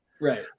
right